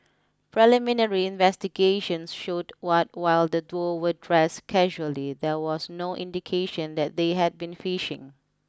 preliminary investigations showed what while the duo were dressed casually there was no indication that they had been fishing